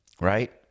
Right